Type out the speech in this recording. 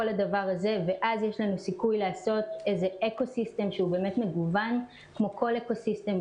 ואז יש לנו סיכוי לעשות איזה אקו-סיסטם שהוא מגוון כמו כל אקו-סיסטם,